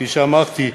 כפי שאמרתי,